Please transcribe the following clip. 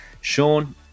Sean